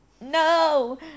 no